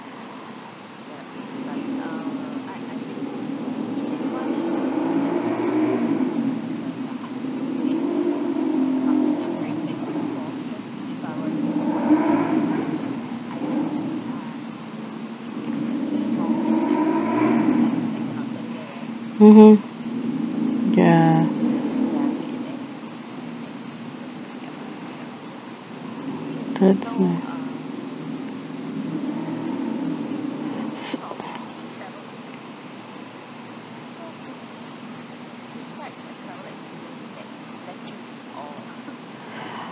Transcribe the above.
mmhmm ya that's nice